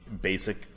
basic